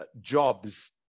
jobs